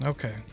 Okay